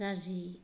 जा जि